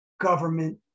government